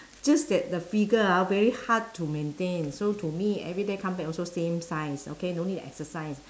just that the figure ah very hard to maintain so to me everyday come back also same size okay no need to exercise